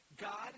God